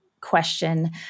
question